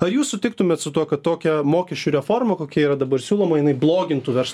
ar jūs sutiktumėt su tuo kad tokia mokesčių reforma kokia yra dabar siūloma jinai blogintų verslo